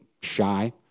shy